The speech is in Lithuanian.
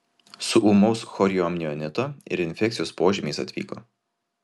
su ūmaus chorioamnionito ir infekcijos požymiais atvyko